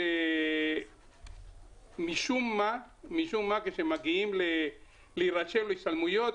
שום מה, כשמגיעים להירשם להשתלמויות,